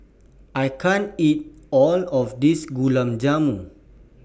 I can't eat All of This Gulab Jamun